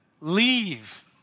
leave